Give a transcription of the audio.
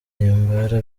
himbara